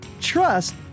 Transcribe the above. trust